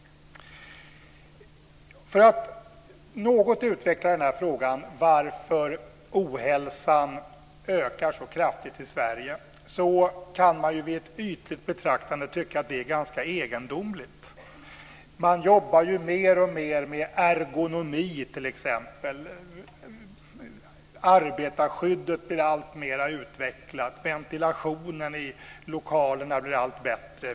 För att något utveckla frågan varför ohälsan ökar så kraftigt i Sverige vill jag säga att man vid ett ytligt betraktande kan tycka att det är ganska egendomligt. Det jobbas ju t.ex. mer och mer med ergonomi, och arbetarskyddet blir alltmera utvecklat. Ventilationen i arbetslokalerna blir allt bättre.